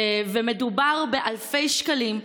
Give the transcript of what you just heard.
ומדובר באלפי שקלים.